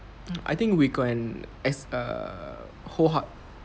I think we can uh as a whole hub